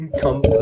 come